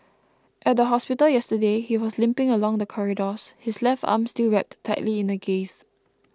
at the hospital yesterday he was limping along the corridors his left arm still wrapped tightly in gauze